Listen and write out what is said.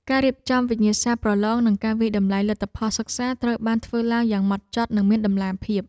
ការរៀបចំវិញ្ញាសាប្រឡងនិងការវាយតម្លៃលទ្ធផលសិក្សាត្រូវបានធ្វើឡើងយ៉ាងម៉ត់ចត់និងមានតម្លាភាព។